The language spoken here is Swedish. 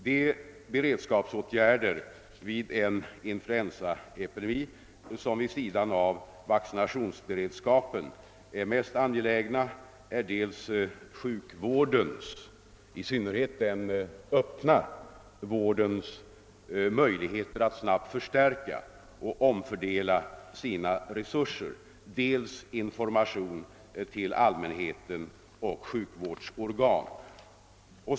De beredskapsåtgärder vid en influensaepidemi som vid sidan av vaccinationsberedskapen är mest angelägna är dels sjukvårdens — i synnerhet den öppna vårdens — möjligheter att snabbt förstärka och omfördela sina resurser, dels information till allmänheten och sjukvårdsorganen.